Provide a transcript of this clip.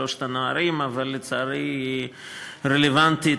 אטיאס, אבל מאז הוא עזב את הכנסת.